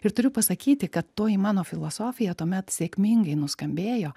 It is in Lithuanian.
ir turiu pasakyti kad toji mano filosofija tuomet sėkmingai nuskambėjo